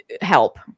help